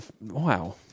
Wow